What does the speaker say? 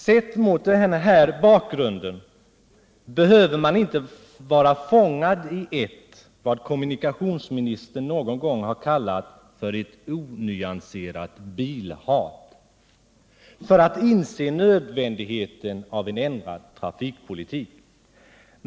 Sett mot den här bakgrunden behöver man inte vara fångad i vad kommunikationsministern någon gång har kallat för ett ”onyanserat bilhat” för att inse nödvändigheten av en ändrad trafikpolitik.